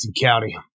county